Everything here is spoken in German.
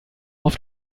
auf